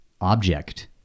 object